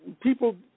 People